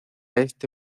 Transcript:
este